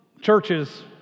churches